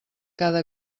cada